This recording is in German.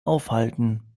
aufhalten